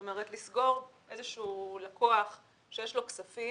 זאת אומרת לסגור איזשהו לקוח שיש לו כספים,